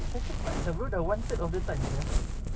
asal cepat sia bro dah one third of the time sia